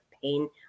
pain